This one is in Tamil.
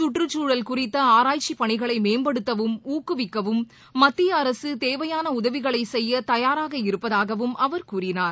கற்றுச்சூழல் குறித்த ஆராய்ச்சி பணிகளை மேம்படுத்தவும் ஊக்குவிக்கவும் மத்திய அரசு தேவையான உதவிகளை செய்ய தயாராக இருப்பதாகவும் அவர் கூறினார்